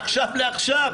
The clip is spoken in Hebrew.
מעכשיו לעכשיו.